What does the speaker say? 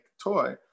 toy